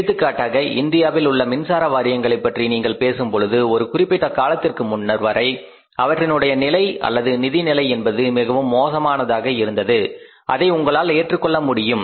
எடுத்துக்காட்டாக இந்தியாவில் உள்ள மின்சார வாரியங்களைப் பற்றி நீங்கள் பேசும்பொழுது ஒரு குறிப்பிட்ட காலத்திற்கு முன்னர் வரை அவற்றினுடைய நிலை அல்லது நிதி நிலை என்பது மிகவும் மோசமானதாக இருந்தது இதை உங்களால் ஏற்றுக் கொள்ள முடியும்